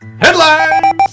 headlines